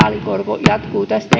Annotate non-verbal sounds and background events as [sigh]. reaalikorko jatkuu tästä [unintelligible]